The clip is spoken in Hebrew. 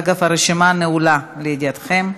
אגב, הרשימה נעולה, לידיעתכם.